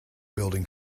building